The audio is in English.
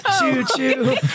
Choo-choo